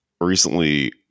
recently